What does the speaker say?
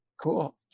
Cool